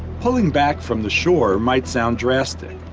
pulling back from the shore might sound drastic,